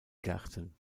gärten